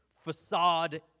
facade